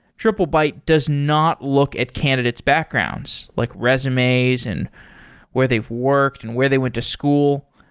triplebyte does not look at candidate's backgrounds, like resumes and where they've worked and where they went to school.